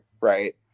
right